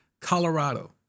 Colorado